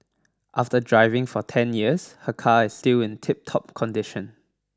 after driving for ten years her car is still in tiptop condition